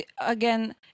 again